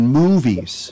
movies